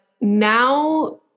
now